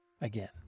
Again